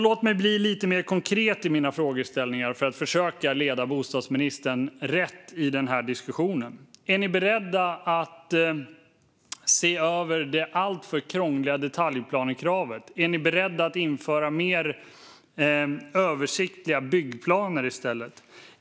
Låt mig bli lite mer konkret i mina frågeställningar för att försöka leda bostadsministern rätt i denna diskussion. Är ni beredda att se över det alltför krångliga detaljplanekravet? Är ni beredda att införa mer översiktliga byggplaner i stället?